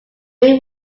wing